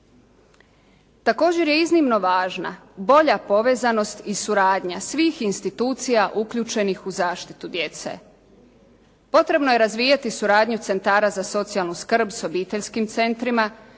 Također je iznimno važna bolja povezanost i suradnja svih institucija uključenih u zaštitu djece. Potrebno je razvijati suradnju centara za socijalnu skrb s obiteljskim centrima